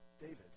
David